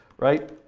right?